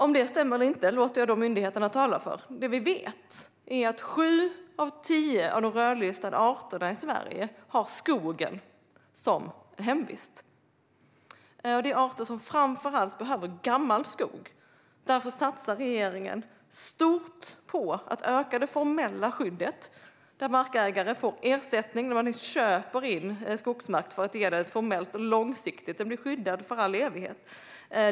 Om det stämmer eller inte låter jag myndigheterna svara för. Det vi vet är att sju av tio av de rödlistade arterna i Sverige har skogen som hemvist. Det är arter som framför allt behöver gammal skog, och därför satsar regeringen stort på att öka det formella skyddet där markägare får ersättning. Man köper in skogsmark för att ge ett formellt och långsiktigt skydd. Arten blir skyddad för all evighet.